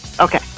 Okay